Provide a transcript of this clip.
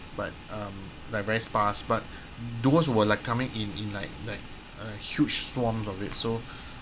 but um like very sparse but those were like coming in in like like uh huge swarms of it so